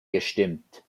gestimmt